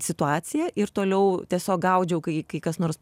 situaciją ir toliau tiesiog gaudžiau kai kai kas nors